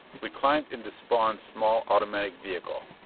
we climbed into spawn's small automatic vehicle.